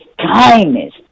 kindness